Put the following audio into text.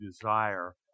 desire